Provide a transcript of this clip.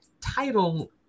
title